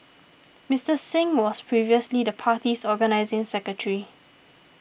Mister Singh was previously the party's organising secretary